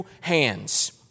hands